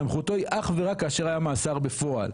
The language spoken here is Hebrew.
סמכותו היא אך ורק כאשר היה מאסר בפועל.